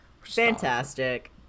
fantastic